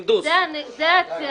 תודה.